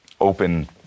open